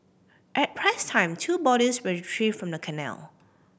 at press time two bodies were retrieved from the canal